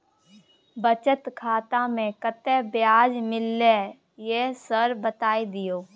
बचत खाता में कत्ते ब्याज मिलले ये सर बता दियो?